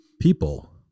people